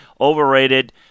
overrated